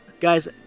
guys